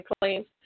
claims